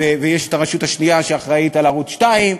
ויש הרשות השנייה שאחראית לערוץ 2,